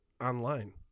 online